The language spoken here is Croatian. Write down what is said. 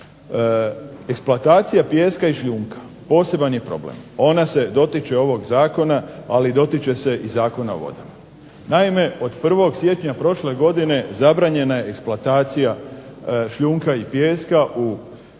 Eksploatacija pijeska i šljunka poseban je problem. ona se dotiče ovog zakona, ali dotiče se i Zakona o vodama. Naime, od 1.siječnja prošle godine zabranjena je eksploatacija šljunka i pijeska u Dravi,